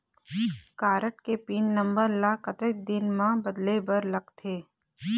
Card के pin number ला कतक दिन म बदले बर लगथे?